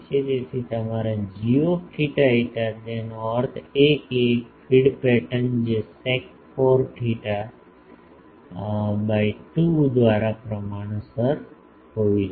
તેથી તમારા g θ φ તેનો અર્થ એ કે ફીડ પેટર્ન જે sec 4 theta by 2 દ્વારા પ્રમાણસર હોવી જોઈએ